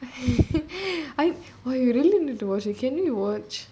I !wah! you really need to watch can we watch